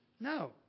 no